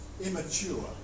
Immature